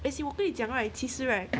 as in 我跟你讲 right 其实 right